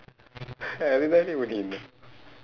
அதுதான்டீ புரியல:athuthaandi puriyala